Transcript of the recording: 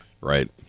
Right